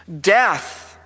death